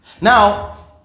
Now